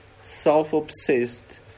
self-obsessed